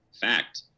fact